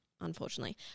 unfortunately –